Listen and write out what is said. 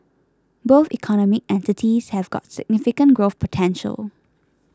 both economic entities have got significant growth potential